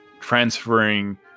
Transferring